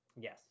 Yes